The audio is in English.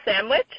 Sandwich